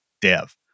dev